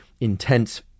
intense